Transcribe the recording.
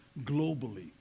globally